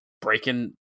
breaking